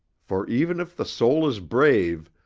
for even if the soul is brave,